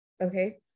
okay